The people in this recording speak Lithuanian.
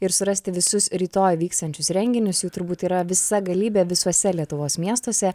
ir surasti visus rytoj vyksiančius renginius jų turbūt yra visa galybė visuose lietuvos miestuose